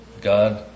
God